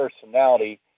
personality –